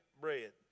bread